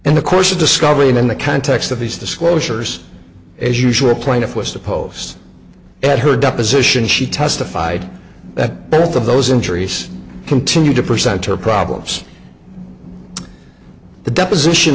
in the course of discovery in the context of these disclosures as usual plaintiff was to post at her deposition she testified that both of those injuries continue to present her problems the deposition